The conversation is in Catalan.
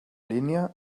línia